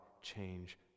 change